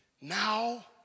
Now